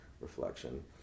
reflection